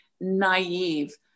naive